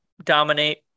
dominate